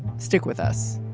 stick with us